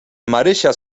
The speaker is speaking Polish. marysia